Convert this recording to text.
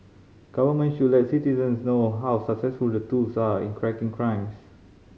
governments should let citizens know how successful the tools are in cracking crimes